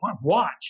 watch